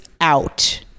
out